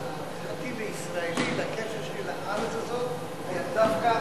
חלק מהפיכתי לישראלי והקשר שלי לארץ הזאת היה דווקא